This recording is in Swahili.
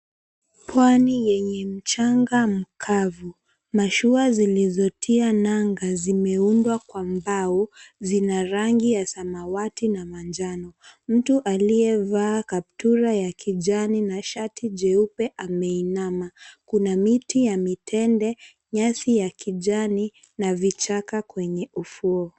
Pwani yenye mchanga mkavu, mashua zilizotia nanga zimeundwa kwa mbao. Zina rangi ya samawati na manjano. Mtu aliyevaa kaptura ya kijani na shati jeupe ameinama. Kuna miti ya mitende, nyasi ya kijani na vichaka kwenye ufuo.